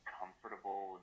comfortable